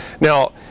now